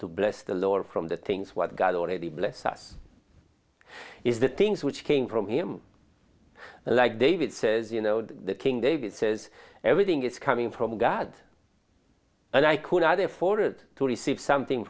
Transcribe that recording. to bless the lord from the things what god already blessed us is the things which came from him like david says you know the king david says everything is coming from god and i could not afford to receive something